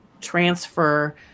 transfer